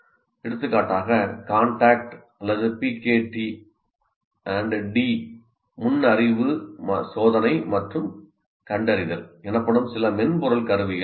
எடுத்துக்காட்டாக CONTACT அல்லது PKT and D முன் அறிவு சோதனை மற்றும் கண்டறிதல் எனப்படும் சில மென்பொருள் கருவிகள் உள்ளன